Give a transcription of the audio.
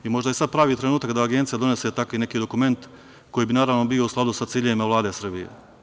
Možda je sada pravi trenutak da Agencija donese tako neki dokument koji bi naravno bio u skladu sa ciljevima Vlade Srbije.